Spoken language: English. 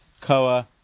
Koa